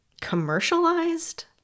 commercialized